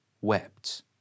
wept